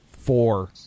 Four